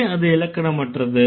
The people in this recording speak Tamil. ஏன் அது இலக்கணமற்றது